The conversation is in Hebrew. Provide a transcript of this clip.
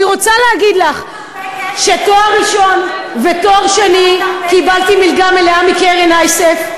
אני רוצה להגיד לך שלתואר ראשון ותואר שני קיבלתי מלגה מלאה מקרן אייסף.